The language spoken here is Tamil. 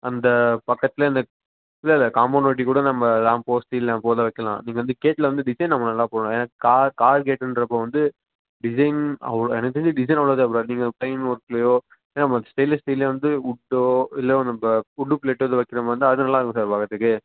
அந்த பக்கத்தில் அந்த இல்லை இல்லை காம்பவுண்ட் ஒட்டி கூட நம்ம லாம்ப் ஸ்டீல் லாம்ப் எதோ வைக்கலாம் அதுக்கு வந்து கேட்டில் வந்து டிசைன் நம்ம நல்லா போடணும் ஏன்ன கார் கார் கேட்டுன்றப்போது வந்து டிசைன் அவ்வளோ எனக்கு தெரிஞ்சு டிசைன் அவ்வளோவா தேவைப்படாது நீங்கள் பிளைன் ஒர்க்குலேயோ ஏன்னால் நம்ம ஸ்டெயின்லெஸ் ஸ்டீல் வந்து வுட் இல்லை நம்ம வுட்டு ப்ளேட் ஏதோ வைக்கிற மாதிரி இருந்தால் அது நல்லா இருக்கும் சார் பார்க்குறதுக்கு